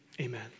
Amen